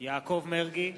יעקב מרגי,